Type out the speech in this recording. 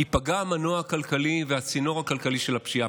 ייפגע המנוע הכלכלי והצינור הכלכלי של הפשיעה.